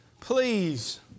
please